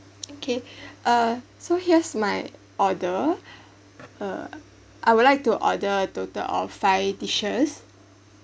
okay uh so here's my order uh I would like to order total of five dishes